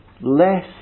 less